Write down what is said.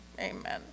Amen